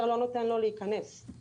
אני אסביר לך למה קשה לנו עם התשובות שלך,